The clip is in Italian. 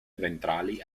ventrali